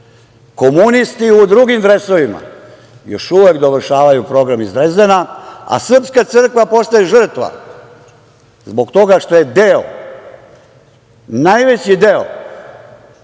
vojske. Komunisti u drugim dresovima još uvek dovršavaju program iz Drezdena, sprska crkva postaje žrtva zbog toga što je deo, najveći deo